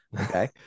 Okay